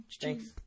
Thanks